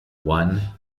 one